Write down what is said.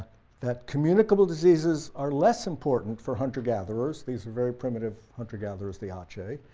that communicable diseases are less important for hunter gatherers these are very primitive hunter gatherers, the um so ache.